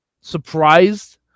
surprised